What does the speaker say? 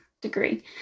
degree